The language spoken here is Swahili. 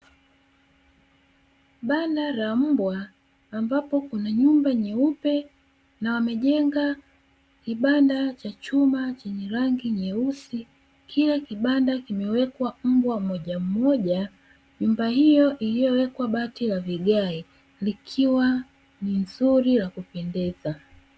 Banda la mbwa ambapo kuna nyuma nyeupe na pamejegwa kibanda cha chuma chenye rangi nyeusi kila kibanda kikiwekwa mbwa mmoja mmoja. Nyumba hiyo iliyowekwa bati la vigae ni nzuri na ya kupendeza.